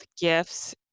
gifts